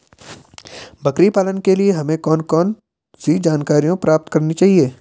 बकरी पालन के लिए हमें कौन कौन सी जानकारियां प्राप्त करनी चाहिए?